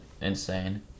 insane